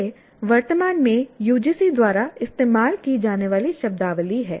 यह वर्तमान में UGC द्वारा इस्तेमाल की जाने वाली शब्दावली है